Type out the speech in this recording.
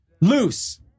loose